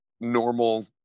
normal